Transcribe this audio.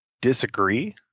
disagree